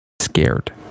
Scared